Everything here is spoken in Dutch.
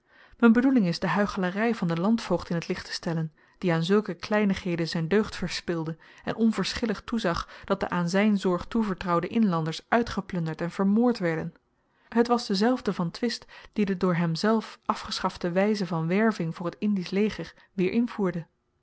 m'n bedoeling is de huichelary van den landvoogd in t licht te stellen die aan zulke kleinigheden z'n deugd verspilde en onverschillig toezag dat de aan zyn zorg toevertrouwde inlanders uitgeplunderd en vermoord werden het was dezelfde van twist die de door hemzelf afgeschafte wyze van werving voor t indisch leger weer invoerde